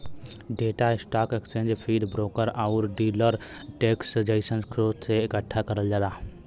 data stock exchange feed, broker आउर dealer desk जइसन स्रोत से एकठ्ठा करल जाला